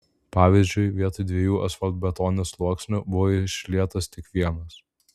pavyzdžiui vietoj dviejų asfaltbetonio sluoksnių buvo išlietas tik vienas